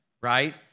right